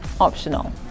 optional